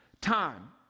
Time